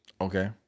Okay